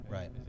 Right